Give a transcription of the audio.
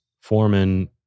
Foreman